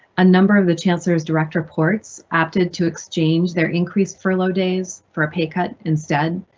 a number of the chancellor's direct reports opted to exchange their increased furlough days for a pay cut instead.